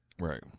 Right